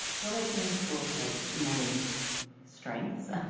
novi community schools has many strengths.